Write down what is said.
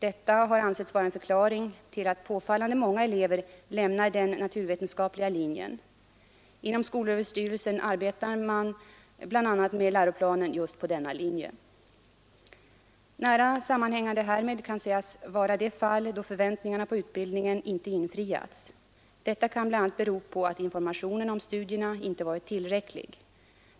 Detta har ansetts vara en förklaring till att påfallande många elever lämnar den naturvetenskapliga linjen. Inom skolöverstyrelsen arbetar man bl.a. med läroplanen just på denna linje. Nära sammanhängande härmed kan sägas vara de fall då förväntningarna på utbildningen inte infriats. Detta kan bl.a. bero på att informationen om studierna inte varit tillräcklig.